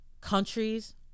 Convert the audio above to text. countries